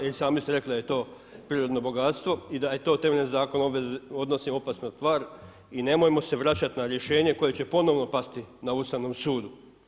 I sami ste rekli da je to prirodno bogatstvo i da je to temeljem Zakona o obveznim odnosima opasna tvar i nemojmo se vraćat na rješenje koje će ponovno pasti na Ustavnom sudu.